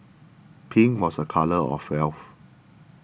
pink was a colour of health